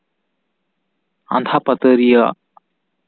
ᱟᱸᱫᱷᱟᱯᱟᱹᱛᱟᱨᱤᱭᱟᱹᱜ ᱟᱜ